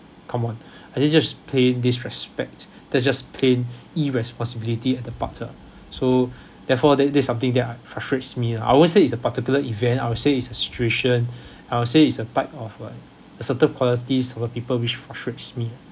come on I think just plain disrespect that just plain irresponsibility at the so therefore that're that're something that uh frustrates me lah I wouldn't say it's a particular event I wouldn't say it's a situation I'll say it's a type of a certain qualities of people which frustrates me